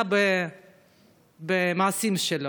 במעשים שלו.